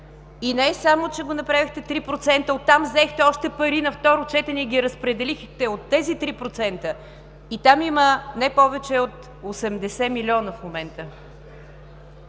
И не само че го направихте 3%, от там взехте още пари на второ четене и ги разпределихте от тези 3%, и там в момента има не повече от 80 милиона.